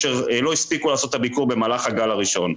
או שלא הספיקו לעשות את הביקור במהלך הגל הראשון.